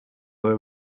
were